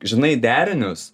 žinai derinius